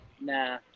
Nah